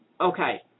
Okay